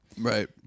Right